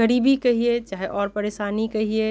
गरीबी कहियै चाहे आओर परेशानी कहियै